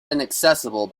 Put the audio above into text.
inaccessible